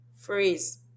phrase